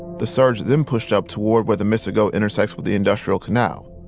the surge then pushed up toward where the mrgo intersects with the industrial canal.